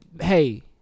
hey